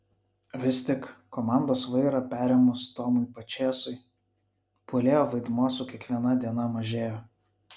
vis tik komandos vairą perėmus tomui pačėsui puolėjo vaidmuo su kiekviena diena mažėjo